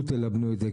תשבו תלבנו את זה,